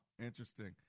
interesting